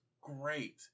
great